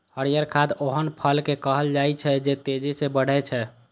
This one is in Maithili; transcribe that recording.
हरियर खाद ओहन फसल कें कहल जाइ छै, जे तेजी सं बढ़ै छै